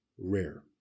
rare